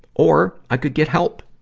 or, i could get help.